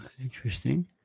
Interesting